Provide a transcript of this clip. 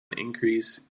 increase